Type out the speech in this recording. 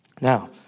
Now